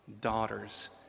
daughters